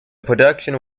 production